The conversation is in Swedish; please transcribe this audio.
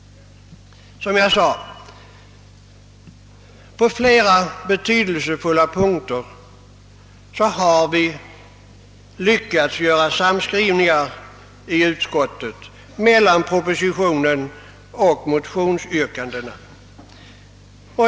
På flera betydelsefulla punkter har vi i utskottet lyckats göra samskrivningar mellan propositionen och motionsyrkandena.